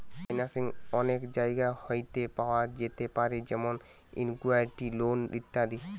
financing অনেক জায়গা হইতে পাওয়া যেতে পারে যেমন ইকুইটি, লোন ইত্যাদি